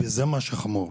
וזה מה שחמור,